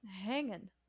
hanging